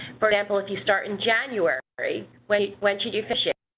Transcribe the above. for example if you start in january wait when should you fish it?